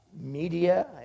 Media